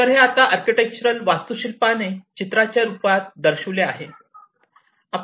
तर हे आता आर्किटेक्चर वास्तुशिल्पाने चित्राच्या रूपात दर्शविले आहे